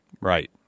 Right